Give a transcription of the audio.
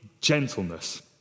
gentleness